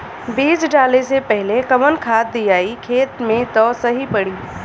बीज डाले से पहिले कवन खाद्य दियायी खेत में त सही पड़ी?